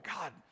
God